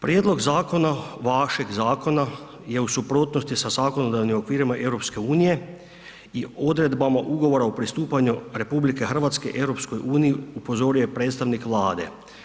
Prijedlog zakona, vašeg zakona je u suprotnosti sa zakonodavnim okvirima EU i odredbama Ugovora o pristupanju RH EU-i, upozorio je predstavnik Vlade.